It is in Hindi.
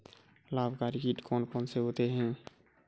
लाभकारी कीट कौन कौन से होते हैं?